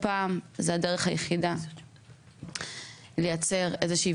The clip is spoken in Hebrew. פעם זו הדרך היחידה לייצר איזה שהיא